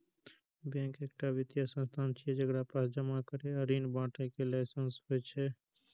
bank एकटा वित्तीय संस्थान छियै, जेकरा पास जमा करै आ ऋण बांटय के लाइसेंस होइ छै